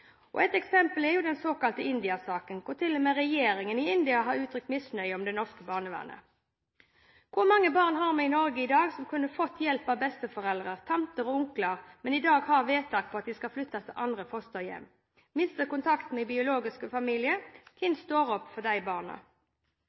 Et eksempel er den såkalte India-saken, hvor til og med regjeringen i India har uttrykt misnøye med det norske barnevernet. Hvor mange barn har vi i Norge i dag som kunne fått hjelp av besteforeldre, tanter og onkler, men som i dag har vedtak på at de skal flyttes til andre fosterhjem, og miste kontakten med sin biologiske familie? Hvem står opp for de barna?